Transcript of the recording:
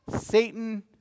Satan